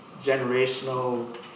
generational